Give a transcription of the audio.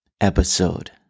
episode